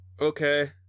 Okay